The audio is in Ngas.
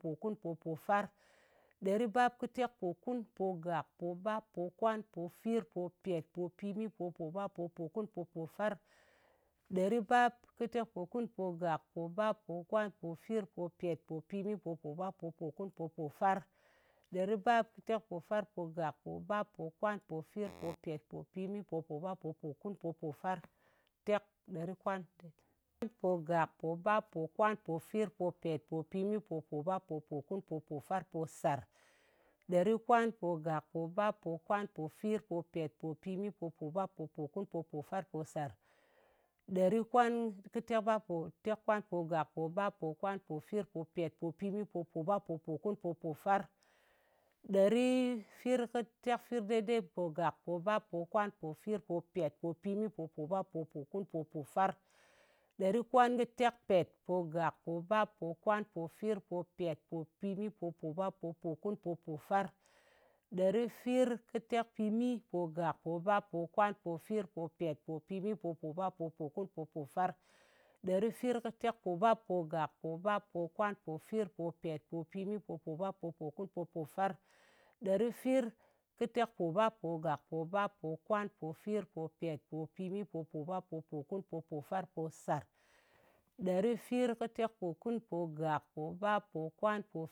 Popokun, popofar. Ɗeribapkɨtekpokun-pogak, pogak, pobap, pokwan, pofir, popet, popimi, popobap, popokun, popofar. Ɗeribapkɨtekpokunpogak, pobap, pokwan, pofir, popet, popimi, popobap, popokun, popofar, ɗeribapkɨtekpofarpogak, pobap, pokwan, pofir, popet, popimi, popobap, popokun, popofar, tek, ɗerikwan. Pogak, pobap, pokwan, pofir, popet, popimi, popobap, popokun, popofar, posar. Ɗerikwanpogak, pobap, pokwan, pofir, popet, popimi, popobap, popokun, popofar, posar. Ɗerikwankɨtekbappo, kɨ tekkwanpogak, pobap, pokwan, pofir, popet, popimi, popobap, popokun, popofar. Ɗeriifirkɨtekfir dede. Pogak, pobap, pokwan, pofir, popet, popimi, popobap, popokun, popofar. Ɗerikwankɨtekpetpogak, pobap, pokwan, pofir, popet, popimi, popobap, popokun, popofar. Ɗerifirkɨtekpimipogak, pobap, pokwan, pofir, popet, popimi, popobap, popokun, popofar. Ɗerifirkɨtekpobappogak, pobap, pokwan, pofir, popet, popimi, popobap, popokun, popofar. Ɗerifirkɨtekpobappogak, pobap, pokwan, pofir, popet, popimi, popobap, popokun, popofar, posar. Ɗerifirkɨtekpokunpo pobap, pokwan